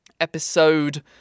episode